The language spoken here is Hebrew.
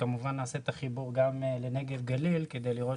כמובן נעשה את החיבור גם לנגב גליל כדי לראות